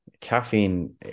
caffeine